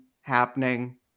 happening